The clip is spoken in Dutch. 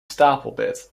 stapelbed